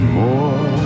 more